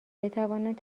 بتوانند